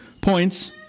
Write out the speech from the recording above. points